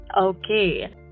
Okay